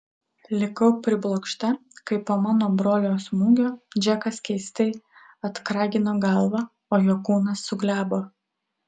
likau priblokšta kai po mano brolio smūgio džekas keistai atkragino galvą o jo kūnas suglebo